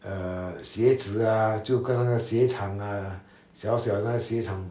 err 鞋子 ah 就跟着那个鞋厂 ah 小小那鞋厂